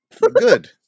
Good